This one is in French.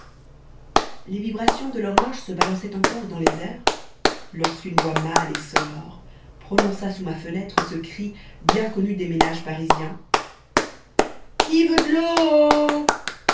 les vibrations de l'horloge se balançaient encore dans les airs lorsqu'une voix mâle et sonore prononça sous ma fenêtre ce cri bien connu des ménages parisiens qui veut d'l'eau